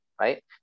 right